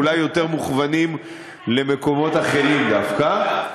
אולי יותר מוכוונים למקומות אחרים דווקא.